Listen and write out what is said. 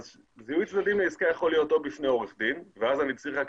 זיהוי צדדים לעסקה יכול להיות בפני עורך דין ואז אני צריך רק